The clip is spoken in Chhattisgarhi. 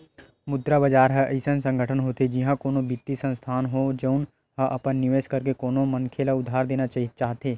मुद्रा बजार ह अइसन संगठन होथे जिहाँ कोनो बित्तीय संस्थान हो, जउन ह अपन निवेस करके कोनो मनखे ल उधार देना चाहथे